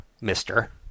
mister